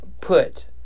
put